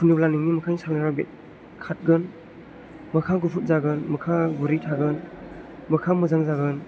फुनोब्ला नोंनि मोखांनि सालमायफ्रा खारगोन मोखां गुफुर जागोन मोखाङा गुरै थागोन मोखां मोजां जागोन